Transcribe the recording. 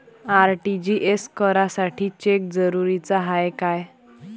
RTGS करासाठी cheque जरुरीचा हाय काय?